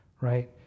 right